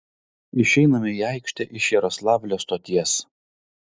išeiname į aikštę iš jaroslavlio stoties